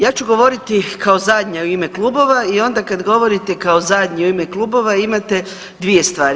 Ja ću govoriti kao zadnja u ime klubova i onda kad govorite kao zadnji u ime klubova imate dvije stvari.